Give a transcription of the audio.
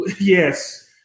Yes